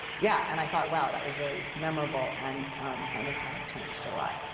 yeah. and i thought, wow, that was really memorable. and and it has changed a lot.